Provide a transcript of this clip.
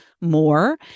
more